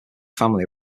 family